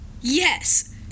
Yes